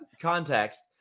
context